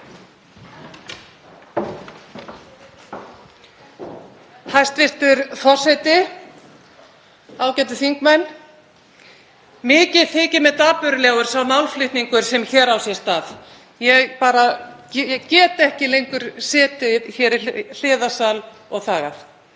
Hæstv. forseti. Ágætu þingmenn. Mikið þykir mér dapurlegur sá málflutningur sem hér á sér stað, ég bara get ekki lengur setið í hliðarsal og þagað.